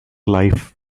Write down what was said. life